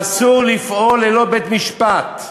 ואסור לפעול ללא בית-משפט.